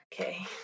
Okay